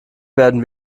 werden